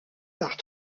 par